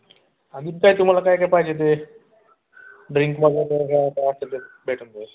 अजून काय तुम्हाला काय काय पाहिजे ते ड्रिंक वगैरे ते जातात ते भेटून जाईल